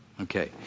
Okay